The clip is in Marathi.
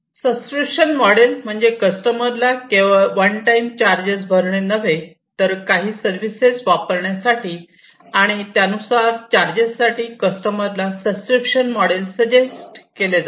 सबस्क्रीप्शन मोडेल म्हणजे कस्टमरला केवळ वन टाइम चार्जेस भरणे नव्हे तर काही सर्विसेस वापरण्यासाठी आणि त्यानुसार चार्जेस साठी कस्टमरला सबस्क्रीप्शन मोडेल सजेस्ट केले जाते